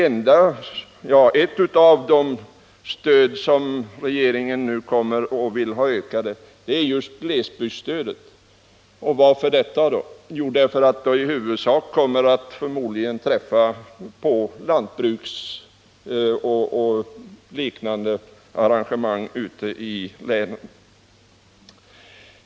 En av de stödåtgärder regeringen nu vill ha ökade resurser till är glesbygdsstödet. Varför det då? Jo, därför att det i huvudsak förmodligen kommer lantbruket och liknande verksamheter i länen till del.